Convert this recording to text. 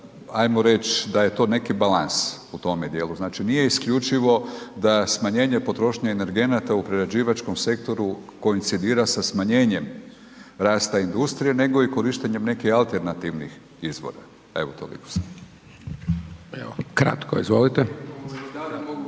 ajmo reći da je to neki balans u tome dijelu. Znači nije isključivo da smanjenje potrošnje energenata u prerađivačkom sektoru koincidira sa smanjenjem rasta industrije nego i korištenja nekih alternativnih izvora. Evo toliko samo. **Hajdaš